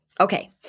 Okay